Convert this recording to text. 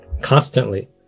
constantly